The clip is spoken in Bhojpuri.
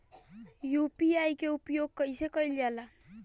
यू.पी.आई के उपयोग कइसे कइल जाला?